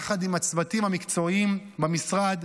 יחד עם הצוותים המקצועיים במשרד,